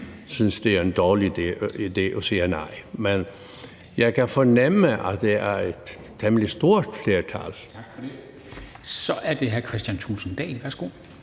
som synes, det er en dårlig idé og siger nej. Men jeg kan fornemme, at der er et temmelig stort flertal ... Kl. 16:06 Formanden